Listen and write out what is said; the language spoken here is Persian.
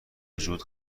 وجود